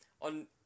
on